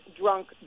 drunk